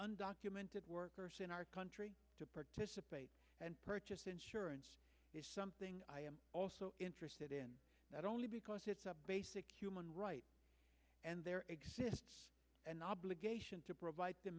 undocumented workers in our country to participate and purchase insurance is something i am also interested in not only because it's a basic human right and there exists an obligation to provide